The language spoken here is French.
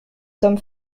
sommes